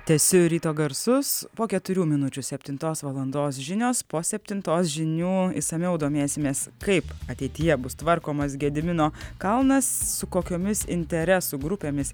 tęsiu ryto garsus po keturių minučių septintos valandos žinios po septintos žinių išsamiau domėsimės kaip ateityje bus tvarkomas gedimino kalnas su kokiomis interesų grupėmis